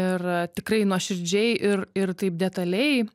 ir tikrai nuoširdžiai ir ir taip detaliai